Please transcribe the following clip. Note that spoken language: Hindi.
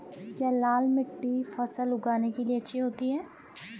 क्या लाल मिट्टी फसल उगाने के लिए अच्छी होती है?